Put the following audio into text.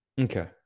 Okay